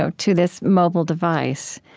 so to this mobile device,